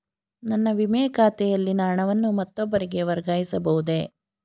ನನ್ನ ವಿಮೆ ಖಾತೆಯಲ್ಲಿನ ಹಣವನ್ನು ಮತ್ತೊಬ್ಬರಿಗೆ ವರ್ಗಾಯಿಸ ಬಹುದೇ?